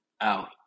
out